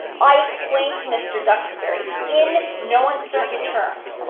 i explained to mr. duxbury in no uncertain terms,